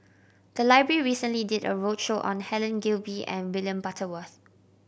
the library recently did a roadshow on Helen Gilbey and William Butterworth